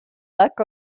luck